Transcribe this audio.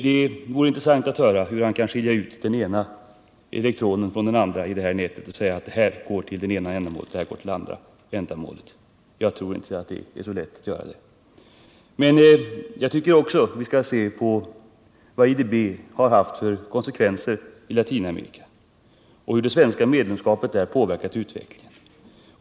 Det vore intressant att höra hur Mats Hellström kan skilja ut den ena elektronen från den andra i det här nätet och säga: Den här går till det ena ändamålet, den här till det andra. Jag tror inte att det är så lätt att göra det. Vidare tycker jag också att vi skall se på vad IDB har haft för konsekvenser i Latinamerika och hur det svenska medlemskapet där har påverkat utvecklingen.